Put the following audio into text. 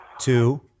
Two